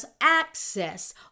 access